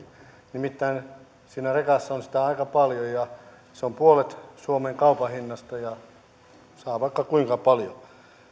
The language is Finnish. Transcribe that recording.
nimittäin siinä rekassa on sitä aika paljon se on puolet suomen kaupan hinnasta ja sitä saa vaikka kuinka paljon